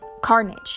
Carnage